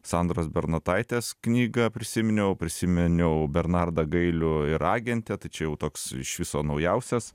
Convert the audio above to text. sandros bernotaitės knygą prisiminiau prisiminiau bernardą gailių ir agentę tai čia jau toks iš viso naujausias